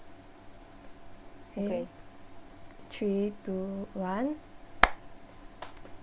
okay three two one